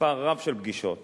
מספר רב של פגישות